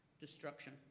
destruction